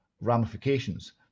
ramifications